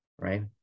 Right